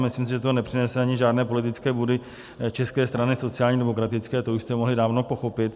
Myslím, že to nepřinese ani žádné politické body České straně sociálně demokratické, to už jste mohli dávno pochopit.